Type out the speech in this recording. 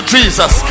Jesus